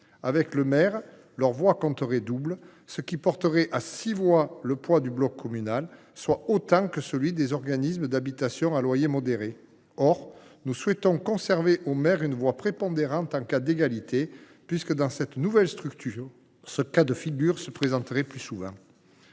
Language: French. celle du maire, compteraient double, ce qui porterait à six voix le poids du bloc communal, soit autant que celui des organismes d’habitations à loyer modéré. Nous souhaitons de surcroît conserver au maire une voix prépondérante en cas d’égalité, puisque dans cette nouvelle structure ce cas de figure se présenterait plus souvent.